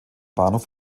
bahnhof